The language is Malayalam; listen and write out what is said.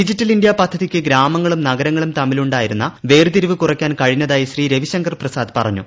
ഡിജിറ്റൽ ഇന്ത്യാ പദ്ധതിയ്ക്ക് ഗ്ഗാമങ്ങളും നഗരങ്ങളും തമ്മിലുണ്ടായിരുന്ന വേർതിരിച്ച് കുറിയ്ക്കാൻ കഴിഞ്ഞതായി ശ്രീ രവിശങ്കർ പ്രസാദ് പറഞ്ഞു